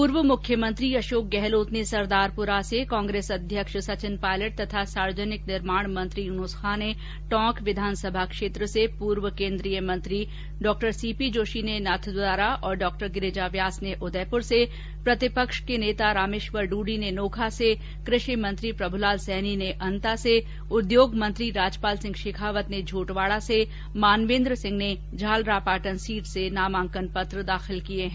पूर्व मुख्यमंत्री अषोक गहलोत ने सरदारपुरा से कांग्रेस अध्यक्ष सचिन पायलट तथा सार्वजनिक निर्माण मंत्री यूनूस खान ने टोंक सीट से पूर्व केंद्रीय मंत्री सीपीजोषी ने नाथद्वारा और गिरिजा व्यास ने उदयपुर से प्रतिपक्ष के नेता रामेष्वर डूडी ने नोखा से कृषि मंत्री प्रभुलाल सैनी ने अंता से उद्योग मंत्री राजपाल सिंह शेखावत ने झोटवाडा से मानवेंद्र सिंह ने झालरापाटन सीट से नामांकन पत्र दाखिल किये हैं